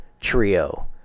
trio